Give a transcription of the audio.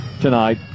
tonight